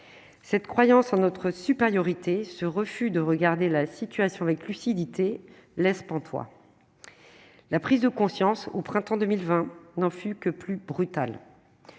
cette croyance notre supériorité ce refus de regarder la situation avec lucidité laisse pantois : la prise de conscience au printemps 2020 n'en fut que plus brutale,